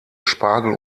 spargel